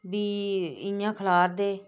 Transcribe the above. बीऽ इ यां खलारदे